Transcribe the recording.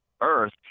earth